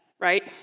right